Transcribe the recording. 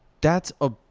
that's a.